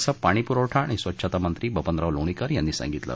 असं पाणी पुरवठा आणि स्वच्छता मंत्री बबनराव लोणीकर यांनी सांगितलं